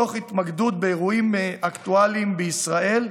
תוך התמקדות באירועים אקטואליים בישראל,